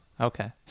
Okay